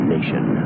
Nation